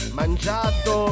mangiato